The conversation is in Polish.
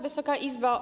Wysoka Izbo!